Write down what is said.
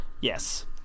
yes